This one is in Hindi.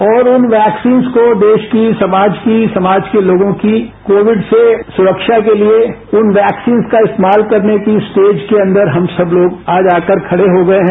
और उन वैक्सीन्स को देश की समाज की समाज की समाज के लोगों की कोविड से सुरक्षा के लिए इन वैक्सीन्स का इस्तेमाल करने की स्टेज के अंदर हम सब लोग आज आकर खड़े हो गए हैं